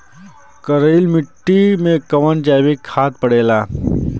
करइल मिट्टी में कवन जैविक खाद पड़ेला?